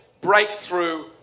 breakthrough